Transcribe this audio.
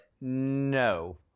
no